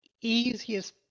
easiest